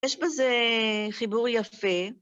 יש בזה חיבור יפה.